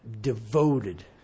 Devoted